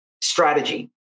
strategy